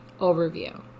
Overview